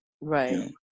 Right